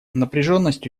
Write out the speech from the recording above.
напряженность